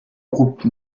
groupe